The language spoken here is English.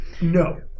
no